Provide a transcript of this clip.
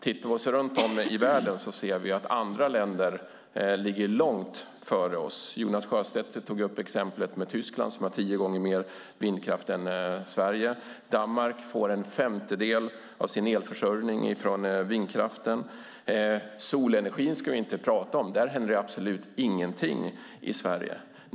Om vi ser oss runt i världen ser vi att andra länder ligger långt före oss. Jonas Sjöstedt tog upp exemplet med Tyskland, som har tio gånger mer vindkraft än Sverige. Danmark får en femtedel av sin elförsörjning från vindkraften. Solenergin ska vi inte prata om. Där händer absolut ingenting i Sverige!